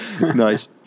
Nice